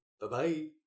Bye-bye